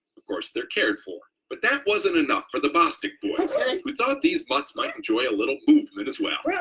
of course they're cared for, but that wasn't enough for the bostick boys who thought these mutts might enjoy a little movement as well. yeah